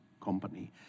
company